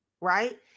Right